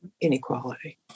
inequality